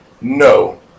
no